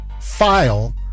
file